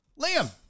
Liam